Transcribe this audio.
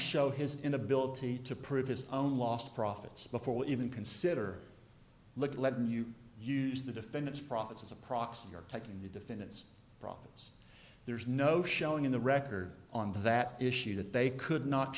show his inability to prove his own lost profits before we even consider look at letting you use the defendant's profits as a proxy or taking the defendant's profits there's no showing in the record on that issue that they could no